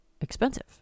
expensive